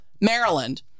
maryland